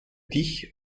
dich